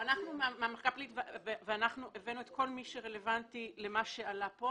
אנחנו מהמחלקה הפלילית ואנחנו הבאנו את כל מי שרלוונטי למה שעלה כאן.